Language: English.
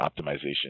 optimization